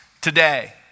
today